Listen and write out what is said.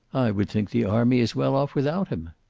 would think the army is well off without him.